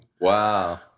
Wow